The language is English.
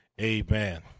amen